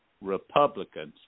Republicans